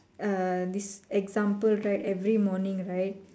uh this example right every morning right